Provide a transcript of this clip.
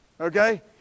Okay